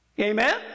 Amen